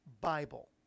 Bible